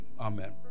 amen